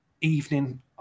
evening